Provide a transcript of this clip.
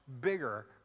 bigger